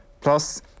Plus